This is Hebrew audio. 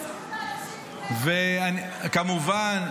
כמובן,